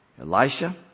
Elisha